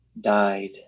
died